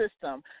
system